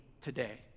today